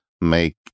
make